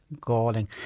galling